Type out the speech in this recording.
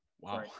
Wow